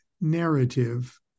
narrative